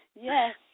Yes